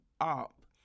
up